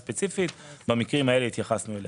במקרים האלה התייחסנו אליהם.